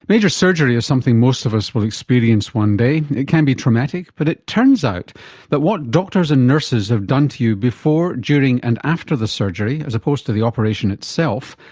major surgery is something most of us will experience one day. it can be traumatic but it turns out that what doctors and nurses have done to you before, during and after the surgery, as opposed to the operation itself,